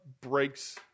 breaks